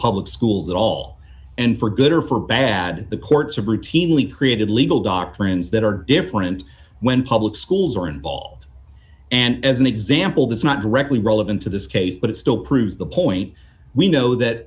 public schools at all and for good or for bad the courts have routinely created legal doctrines that are different when public schools are involved and as an example that's not directly relevant to this case but it still proves the point we know that